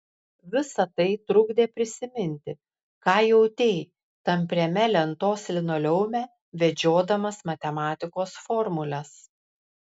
visa tai trukdė prisiminti ką jautei tampriame lentos linoleume vedžiodamas matematikos formules